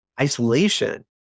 isolation